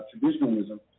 traditionalism